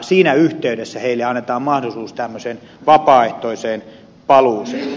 siinä yhteydessä heille annetaan mahdollisuus tämmöiseen vapaaehtoiseen paluuseen